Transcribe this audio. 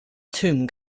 tomb